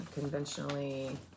conventionally